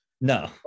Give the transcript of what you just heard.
no